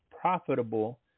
profitable